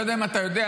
לא יודע אם אתה יודע,